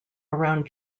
around